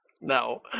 No